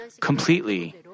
completely